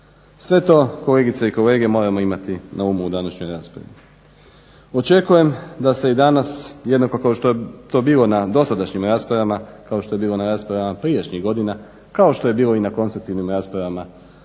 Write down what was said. Sve to, kolegice i kolege moram imati na umu u današnjoj raspravi. očekujem da se i danas, jednako kako što je to bilo na dosadašnjim raspravama, kao što je bilo na raspravama prijašnjih godina, kao što je bilo i na konstruktivnim raspravama